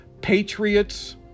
Patriots